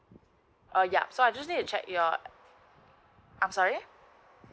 uh ya so I just need check your I'm sorry